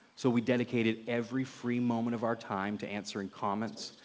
so we dedicated every free moment of our time to answering comments,